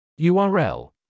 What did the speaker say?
url